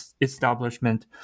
establishment